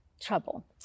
trouble